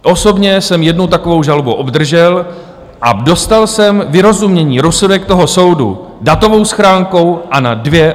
Osobně jsem jednu takovou žalobu obdržel a dostal jsem vyrozumění, rozsudek toho soudu, datovou schránkou a na dvě adresy.